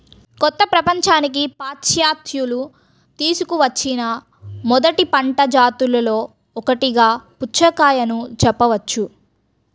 కొత్త ప్రపంచానికి పాశ్చాత్యులు తీసుకువచ్చిన మొదటి పంట జాతులలో ఒకటిగా పుచ్చకాయను చెప్పవచ్చు